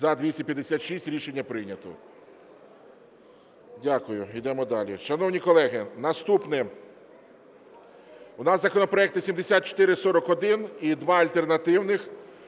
За-256 Рішення прийнято. Дякую. Йдемо далі. Шановні колеги, наступне. У нас законопроекти 7441 і два альтернативних.